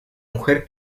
mujer